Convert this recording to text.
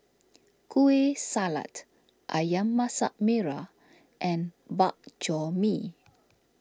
Kueh Salat Ayam Masak Merah and Bak Chor Mee